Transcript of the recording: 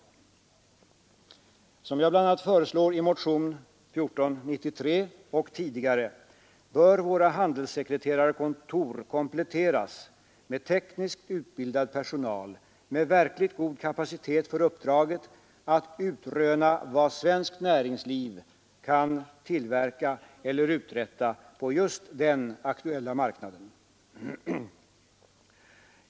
Såsom jag bl.a. föreslår i motionen 1493 i år — och föreslagit tidigare — bör våra handelssekreterarkontor kompletteras med tekniskt utbildad personal med verkligt god kapacitet för uppdraget att utröna vad svenskt näringsliv kan tillverka eller uträtta på just den aktuella marknaden.